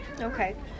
Okay